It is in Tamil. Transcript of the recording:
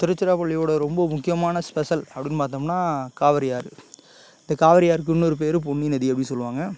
திருச்சிராப்பள்ளியோடய ரொம்ப முக்கியமான ஸ்பெஷல் அப்படினு பார்த்தோம்னா காவேரி ஆறு இந்தக் காவிரி ஆறுக்கு இன்னோரு பேரு பொன்னி நதி அப்படி சொல்வாங்க